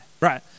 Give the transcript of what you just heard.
Right